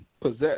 possess